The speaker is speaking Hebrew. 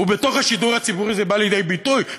וזה בא לידי ביטוי בשידור הציבורי.